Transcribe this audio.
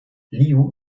liu